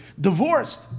divorced